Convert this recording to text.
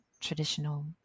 traditional